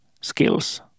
skills